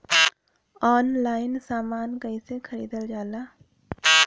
Online समान कैसे खरीदल जाला?